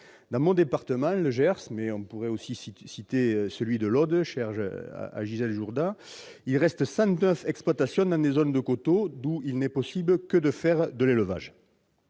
Dans mon département du Gers- mais je pourrais tout autant citer celui de l'Aude, cher à Gisèle Jourda -, il reste 109 exploitations dans des zones de coteaux où il n'est possible de faire que de l'élevage.